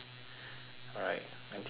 alright N_T_U_C sounds cool